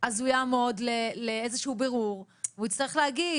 אז הוא יעמוד לאיזה שהוא בירור והוא יצטרך להגיד: